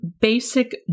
basic